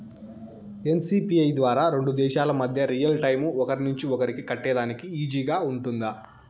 NCPI ద్వారా రెండు దేశాల మధ్య రియల్ టైము ఒకరి నుంచి ఒకరికి కట్టేదానికి ఈజీగా గా ఉంటుందా?